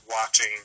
watching